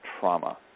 trauma